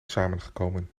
samengekomen